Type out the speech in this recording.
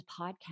podcast